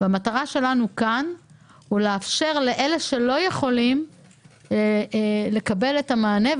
המטרה שלנו כאן היא לאפשר לאלה שלא יכולים לקבל את המענה.